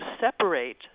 separate